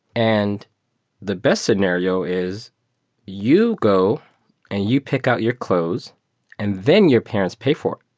and the best scenario is you go and you pick out your clothes and then your parents pay for it.